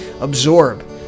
absorb